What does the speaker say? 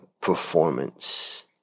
performance